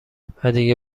ودیگه